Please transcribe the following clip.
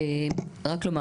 רק לומר